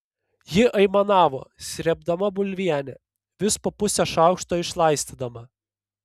ji aimanavo srėbdama bulvienę vis po pusę šaukšto išlaistydama